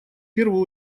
первую